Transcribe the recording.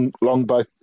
longbow